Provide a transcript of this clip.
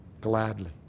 Gladly